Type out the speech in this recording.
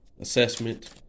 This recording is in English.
assessment